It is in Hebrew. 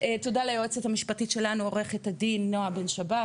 תודה ליועצת המשפטית שלנו עורכת הדין נועה בן שבת,